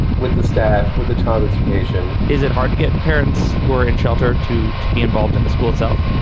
with the staff, with the child's education is it hard to get parents who are in shelter to to be involved in the school itself?